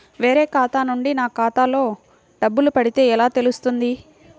వేరే ఖాతా నుండి నా ఖాతాలో డబ్బులు పడితే ఎలా తెలుస్తుంది?